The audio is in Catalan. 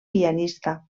pianista